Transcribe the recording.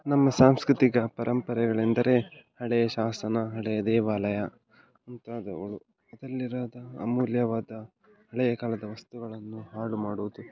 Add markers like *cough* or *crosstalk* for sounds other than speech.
ನಮ್ಮ ಸಾಂಸ್ಕೃತಿಕ ಪರಂಪರೆಗಳೆಂದರೆ ಹಳೆಯ ಶಾಸನ ಹಳೆಯ ದೇವಾಲಯ ಮುಂತಾದವುಗಳು *unintelligible* ಅಮೂಲ್ಯವಾದ ಹಳೆಯ ಕಾಲದ ವಸ್ತುಗಳನ್ನು ಹಾಳು ಮಾಡುವುದು